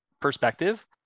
perspective